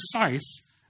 precise